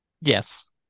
Yes